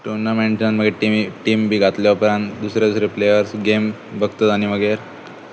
टुर्नामेंटान मागीर टिमी team B घातल्या उपरांत दुसरे दुसरे प्लेयर्स गेम बगतत आनी मागीर